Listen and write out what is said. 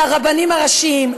לרבנים הראשיים,